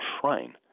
shrine